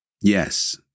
Yes